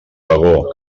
vagó